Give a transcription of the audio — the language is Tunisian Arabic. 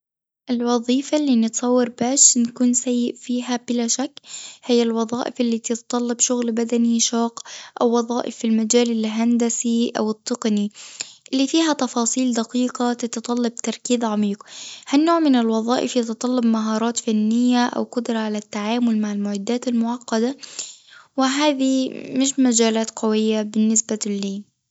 الوظيفة اللي نتصور باش نكون سيء فيها بلا شك هي الوظائف اللي بتتطلب شغل بدني شاق أو وظائف في المجال الهندسي أو التقني اللي فيها تفاصيل دقيقة تتطلب تركيز عميق، ها النوع من الوظائف يتطلب مهارات فنية أو قدرة على التعامل مع المعدات المعقدة، وهذه مش مجالات قوية بالنسبة لي.